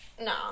No